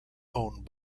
owned